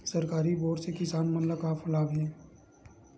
सरकारी बोर से किसान मन ला का लाभ हे?